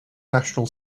national